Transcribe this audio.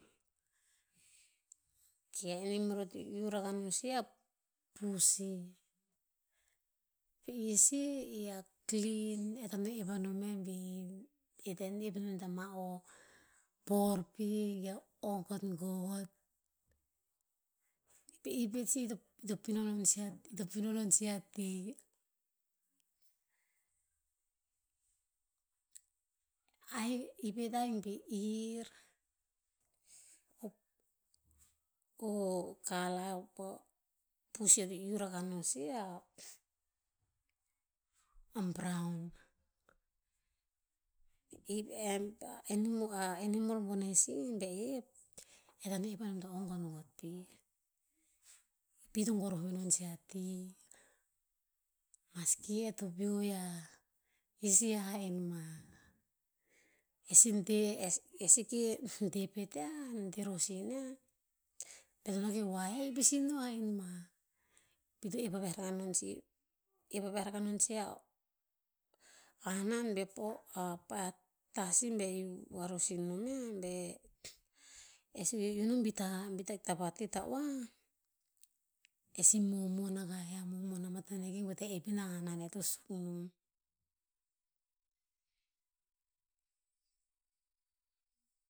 Ok a enamor ea to ih rakah no sih a puri. I si la klin. E ta antoen ep anom yiah bi, e ta antoen ep anom ta ma a por pi ge a o gotgot. Re i pet sih, i- ita pino non sih a ito pino non sih a ti i pet ahik bi ir. O kala pa pusi eo to iu rakah no sih a, a brown a enamor bone sih re ep, e ta antoen ep anom to o gotgot pit. Pi to goroh menon sih a ti. Maski e to veo yiah, i si hah en mah. E si de, e- e seke de pet yiah, de rosin yiah, be to no ke hoa yiah, i pasi no a en ma. Pi to ep ariah nakah non sih, ep aviah rakah non sih a, a hanan be po, a pah tah sih be iu varosin nom yiah be, e seke iu nan bi ta- bi ta hikta vatet ha oah, e si momon akah yiah, momon a matan niah ki goe ta ep ina hanan e to suk nom.